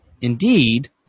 Indeed